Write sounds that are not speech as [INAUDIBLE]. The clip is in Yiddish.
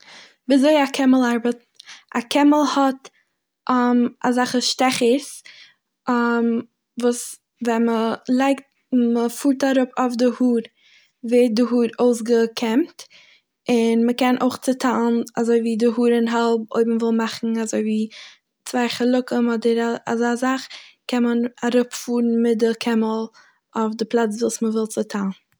וויזוי א קעמל ארבעט. א קעמל האט [HESITATION] אזעלכע שטעכערס [HESITATION] וואס ווען מ'לייגט- מ- מ'פארט אראפ אויף די האר ווערט די האר אויסגעקעמט און מ'קען אויך צוטיילן אזויווי די האר אין האלב אויב מ'וויל מאכן אזויווי צוויי חלקים אדער א- אזא זאך, קען מען אראפ פארן מיט די קעמל אויף די פלאץ וואס מ'וויל צוטיילן.